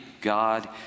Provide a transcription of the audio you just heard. God